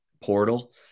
portal